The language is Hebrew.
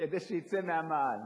כדי שיצא מהמאהל,